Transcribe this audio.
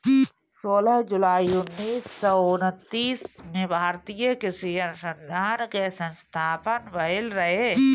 सोलह जुलाई उन्नीस सौ उनतीस में भारतीय कृषि अनुसंधान के स्थापना भईल रहे